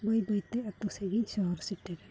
ᱵᱟᱹᱭ ᱵᱟᱹᱭ ᱛᱮ ᱟᱛᱳ ᱥᱮᱫ ᱜᱤᱧ ᱥᱚᱦᱚᱨ ᱥᱮᱴᱮᱨᱮᱱ